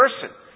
person